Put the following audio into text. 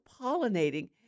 pollinating